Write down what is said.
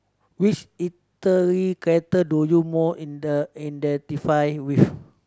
which literally character do you more in the identify with